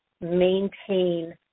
maintain